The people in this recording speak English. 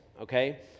okay